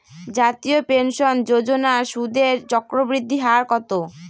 জাতীয় পেনশন যোজনার সুদের চক্রবৃদ্ধি হার কত?